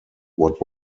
what